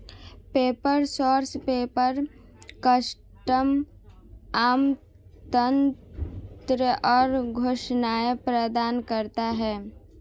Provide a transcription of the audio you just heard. paper source paper, custom आमंत्रण और घोषणाएं प्रदान करता है